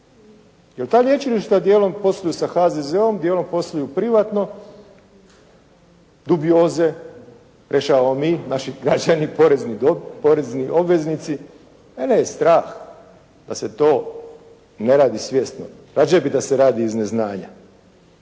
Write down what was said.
Jer ta lječilišta dijelom posluju sa HZZO-m, djelom posluju privatno, dubioze rješavamo mi, naši građani, porezni obveznici, mene je strah da se to ne radi svjesno. Radije bih da se radi iz neznanja.